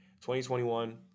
2021